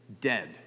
dead